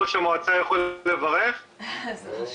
ראש